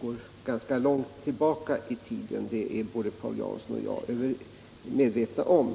går långt tillbaka i tiden, det är både Paul Jansson och jag medvetna om.